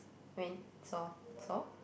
when saw saw